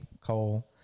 Cole